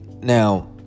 Now